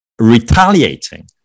retaliating